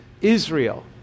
Israel